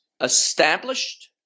established